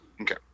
Okay